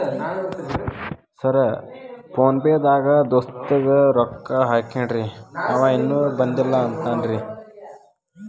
Sir PhonePe ದಾಗ ದೋಸ್ತ್ ಗೆ ರೊಕ್ಕಾ ಹಾಕೇನ್ರಿ ಅಂವ ಇನ್ನು ಬಂದಿಲ್ಲಾ ಅಂತಾನ್ರೇ?